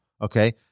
okay